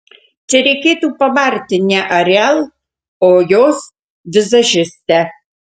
čia reikėtų pabarti ne ariel o jos vizažistę